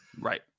right